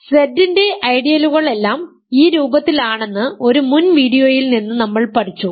അതിനാൽ Z ൻറെ ഐഡിയലുകൾ എല്ലാം ഈ രൂപത്തിലാണെന്ന് ഒരു മുൻ വീഡിയോയിൽ നിന്ന് നമ്മൾ പഠിച്ചു